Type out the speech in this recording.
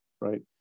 right